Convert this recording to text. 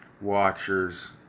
watchers